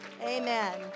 Amen